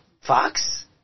Fox